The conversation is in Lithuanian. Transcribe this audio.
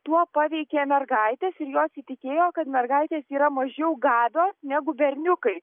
tuo paveikė mergaites ir jos įtikėjo kad mergaitės yra mažiau gabios negu berniukai